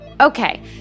Okay